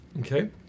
Okay